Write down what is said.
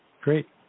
Great